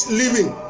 living